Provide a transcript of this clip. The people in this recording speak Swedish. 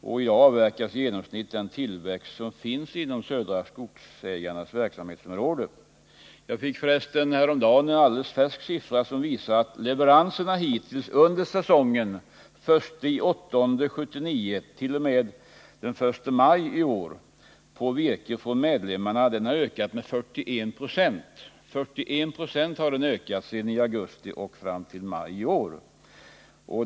I dag avverkas i genomsnitt den tillväxt som finns inom Södra Skogsägarnas verksamhetsområde. Jag fick häromdagen en färsk siffra, som visar att leveranserna av virke från medlemmarna hittills under säsongen den 1 augusti 1979 — den I maj i år har ökat med 41 96.